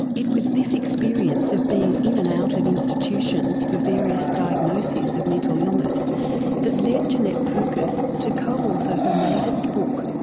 it was this experience of being in and out of institutions for various diagnoses of mental illness that led jeanette purkis to co-author her latest book,